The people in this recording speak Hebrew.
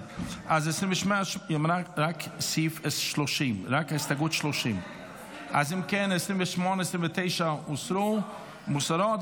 רק הסתייגות 30. אם כן, 28, 29, מוסרות.